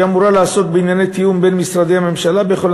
שאמורה לעסוק בענייני תיאום בין משרדי הממשלה בכל